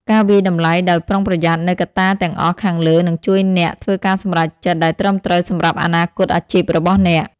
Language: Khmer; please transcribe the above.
ការវាយតម្លៃដោយប្រុងប្រយ័ត្ននូវកត្តាទាំងអស់ខាងលើនឹងជួយអ្នកធ្វើការសម្រេចចិត្តដែលត្រឹមត្រូវសម្រាប់អនាគតអាជីពរបស់អ្នក។